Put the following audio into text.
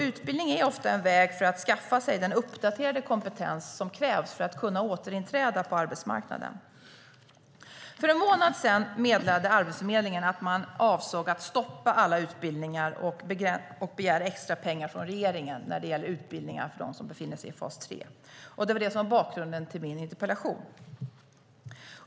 Utbildning är ofta en väg för att skaffa sig den uppdaterade kompetens som krävs för att kunna återinträda på arbetsmarknaden. För en månad sedan meddelade Arbetsförmedlingen att den avsåg att stoppa alla utbildningar och begära extrapengar från regeringen när det gäller utbildningar för dem som befinner sig i fas 3. Detta var bakgrunden till min interpellation.